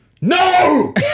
no